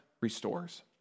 restores